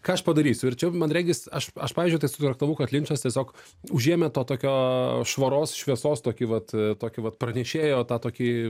ką aš padarysiu ir čia man regis aš aš pavyzdžiui tai sutraktavau kad linčas tiesiog užėmė to tokio švaros šviesos tokį vat tokį vat pranešėjo tą tokį